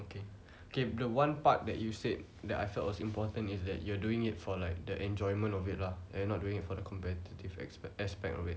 okay okay the one part that you said that I felt was important is that you are doing it for like the enjoyment of it lah you are not doing it for the competitive aspect of it